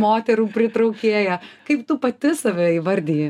moterų pritraukėja kaip tu pati save įvardiji